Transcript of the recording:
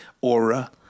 Aura